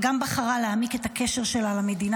אגם בחרה להעמיק את הקשר שלה למדינה